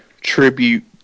tribute